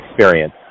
experience